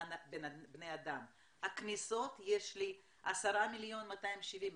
840,000 בני אדם, הכניסות, יש 10.270 מיליון.